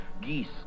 geese